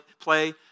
play